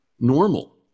normal